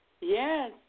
Yes